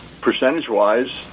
percentage-wise